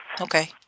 Okay